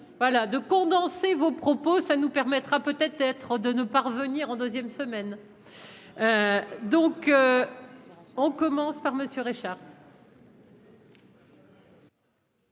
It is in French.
voilà de condenser vos propos, ça nous permettra, peut-être, être de ne pas revenir en 2ème semaine donc on commence par monsieur Richard.